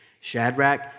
Shadrach